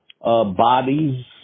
bodies